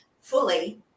fully